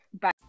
bye